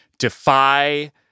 defy